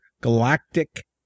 galactic